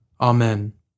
Amen